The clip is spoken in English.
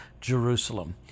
jerusalem